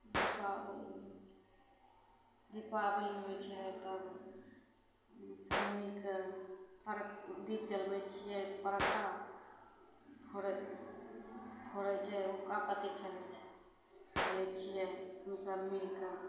ई दीपावली दीपावली होइ छै तब ई सभ मिलिके फड़क्का दीप जलबै छिए फड़क्का फोड़ै फोड़ै छै उक्का पाती खेलै छै खेलै छिए ई सभ मिलिके